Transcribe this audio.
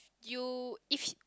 you if he